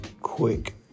quick